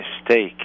mistake